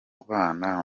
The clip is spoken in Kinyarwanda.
bana